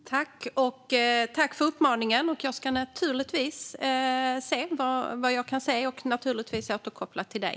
Fru talman! Jag tackar ledamoten för uppmaningen! Jag ska naturligtvis se efter och återkoppla till dig.